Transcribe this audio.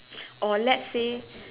or let's say